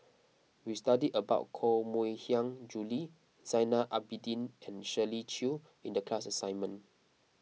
we studied about Koh Mui Hiang Julie Zainal Abidin and Shirley Chew in the class assignment